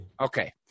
Okay